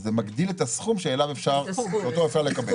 זה מגדיל את הסכום שאותו אפשר לקבל.